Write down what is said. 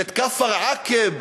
ואת כפר-עקב.